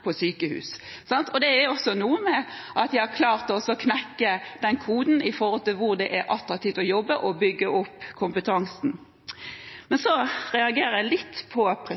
Det har også noe å gjøre med at de har klart å knekke koden om hvor det er attraktivt å jobbe og bygge opp kompetanse. Jeg reagerer litt på at